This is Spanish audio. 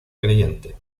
creyente